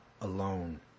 alone